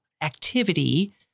activity